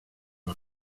las